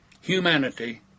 humanity